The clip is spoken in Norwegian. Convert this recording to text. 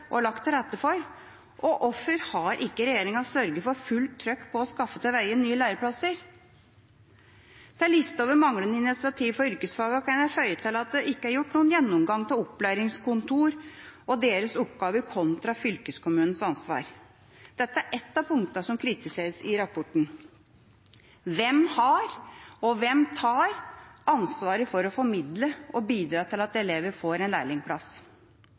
og lagt til rette for, og hvorfor har ikke regjeringa sørget for fullt trykk på å skaffe til veie nye læreplasser? Til lista over manglende initiativ for yrkesfagene kan jeg føye til at det ikke er gjort noen gjennomgang av opplæringskontor og deres oppgave kontra fylkeskommunens ansvar. Dette er et av punktene som kritiseres i rapporten. Hvem har og hvem tar ansvaret for å formidle og bidra til at elever får en lærlingplass?